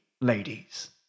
ladies